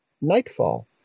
nightfall